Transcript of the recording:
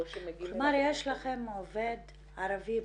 או שמגיעים אליו --- כלומר יש לכם עובד ערבי בדואי.